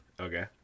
Okay